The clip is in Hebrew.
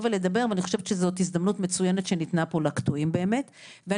ולדבר ואני חושבת שזו הזדמנות מצוינת שניתנה פה באמת לקטועים